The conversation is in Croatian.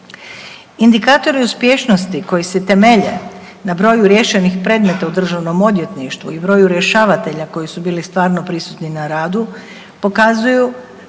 Indikatori uspješnosti koji se temelje na broju riješenih predmeta u državnom odvjetništvu i broju rješavatelja koji su bili stvarno prisutni na radu pokazuju